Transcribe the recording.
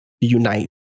unite